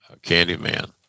Candyman